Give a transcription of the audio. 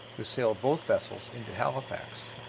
who sailed both vessels into halifax.